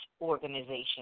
organization